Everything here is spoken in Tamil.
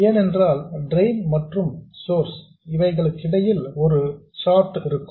ஏனென்றால் டிரெயின் மற்றும் சோர்ஸ் இடையில் ஒரு ஷார்ட் இருக்கும்